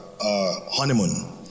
honeymoon